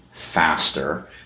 faster